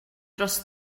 dros